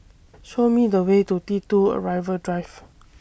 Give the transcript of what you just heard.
Show Me The Way to T two Arrival Drive